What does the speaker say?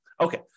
Okay